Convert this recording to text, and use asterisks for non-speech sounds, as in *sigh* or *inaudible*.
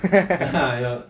*laughs*